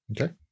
Okay